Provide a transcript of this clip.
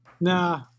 nah